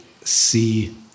see